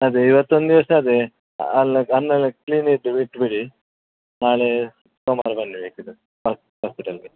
ಅದೇ ಇವತ್ತು ಒಂದು ದಿವಸ ಅದೇ ಹಲ್ಲ ಹಲ್ಲೆಲ್ಲ ಕ್ಲೀನ್ ಇಟ್ಟು ಬಿಟ್ಬಿಡಿ ನಾಳೆ ಸೋಮವಾರ ಬನ್ನಿ ಬೇಕಿದ್ದರೆ ಹಾಸ್ ಹಾಸ್ಪಿಟಲ್ಗೆ